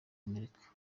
amerika